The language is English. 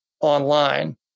online